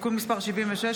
הצעת חוק ההוצאה לפועל (תיקון מס' 76)